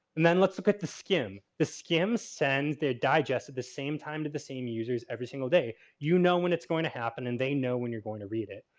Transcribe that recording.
and then let's look at the skim. the skim sends their digests at the same time to the same users every single day. you know when it's going to happen and they know when you're going to read it.